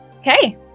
Okay